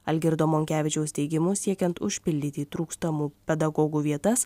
algirdo monkevičiaus teigimu siekiant užpildyti trūkstamų pedagogų vietas